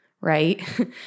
right